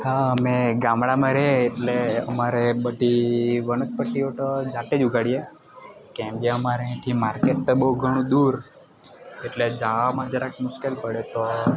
હા અમે ગામડામાં રહીએ એટલે અમારે બધી વનસ્પતિઓ તો જાતે જ ઉગાડીએ કેમકે અમારે અહીંથી માર્કેટ તો બહું ઘણું દૂર એટલે જવામાં જરાક મુશ્કેલ પડે તો